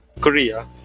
Korea